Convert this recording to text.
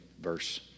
verse